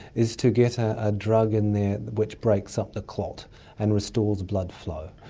is to get a drug in there which breaks up the clot and restores blood flow.